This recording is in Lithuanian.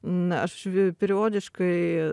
na aš vi periodiškai